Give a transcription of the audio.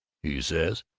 he says,